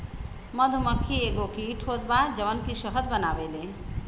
मधुमक्खी एगो कीट होत बा जवन की शहद बनावेले